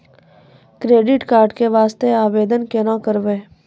Credit card के वास्ते आवेदन केना करबै?